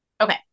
Okay